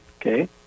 Okay